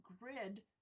grid